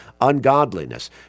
ungodliness